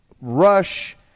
rush